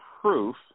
proof